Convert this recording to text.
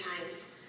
times